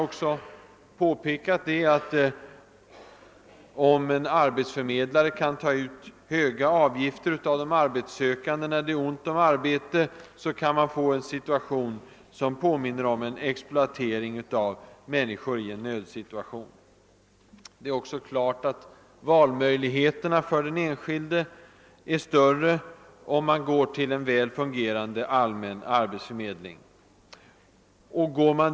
Om en arbetsförmedlare kan ta ut höga avgifter av en arbetssökande, när det är ont om arbete, då är det fråga om exploatering av människor i en nödsituation. Det är också klart att valmöjligheterna för den enskilde blir större, om han går till en väl fungerande arbetsförmedling.